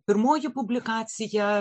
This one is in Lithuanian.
pirmoji publikacija